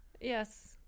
Yes